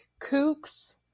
Kooks